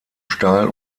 steil